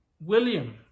William